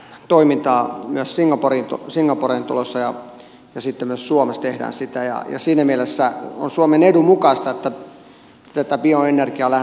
toimintaa on myös singaporeen tulossa ja sitten myös suomessa tehdään sitä ja siinä mielessä on suomen edun mukaista että tätä bioenergiaa lähdetään tuottamaan